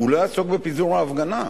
הוא לא יעסוק בפיזור ההפגנה.